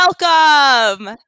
Welcome